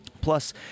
plus